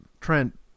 Trent